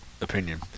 opinion